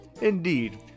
indeed